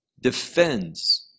defends